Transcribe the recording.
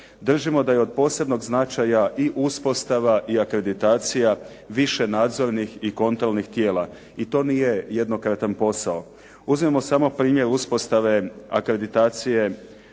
Držimo da je od posebnog značaja i uspostava i akreditacija više nadzornih i kontrolnih tijela. I to nije jednokratan posao. Uzmimo samo primjer uspostave akreditacije